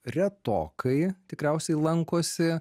retokai tikriausiai lankosi